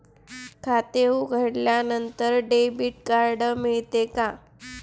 खाते उघडल्यानंतर debit card मिळते का?